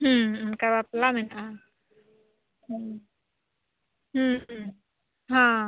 ᱦᱮᱸ ᱚᱱᱠᱟ ᱵᱟᱯᱞᱟ ᱢᱮᱱᱟᱜᱼᱟ ᱦᱮᱸ ᱦᱮᱸ ᱦᱮᱸ